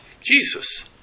Jesus